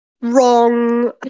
wrong